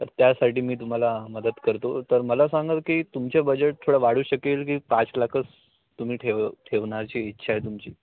तर त्यासाठी मी तुम्हाला मदत करतो तर मला सांगाल की तुमचे बजेट थोडं वाढू शकेल की पाच लाखच तुम्ही ठेव ठेवण्याची इच्छा आहे तुमची